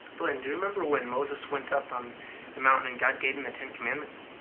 blynn, do you remember when moses went up on the mountain and god gave him the ten commandments?